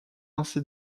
ainsi